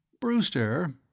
Brewster